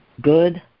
good